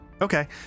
Okay